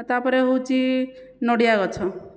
ଆ ତାପରେ ହେଉଛି ନଡ଼ିଆ ଗଛ